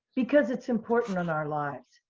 because it's important on our lives.